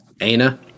Ana